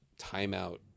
timeout